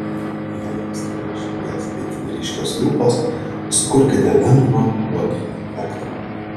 jei jums ne prie širdies itin ryškios lūpos sukurkite lengvą uoginį efektą